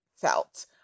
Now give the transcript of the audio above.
felt